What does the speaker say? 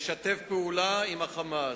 משתף פעולה עם ה'חמאס'",